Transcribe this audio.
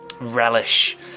relish